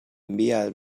envía